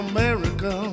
America